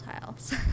tiles